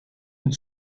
une